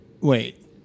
Wait